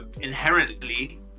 inherently